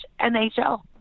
nhl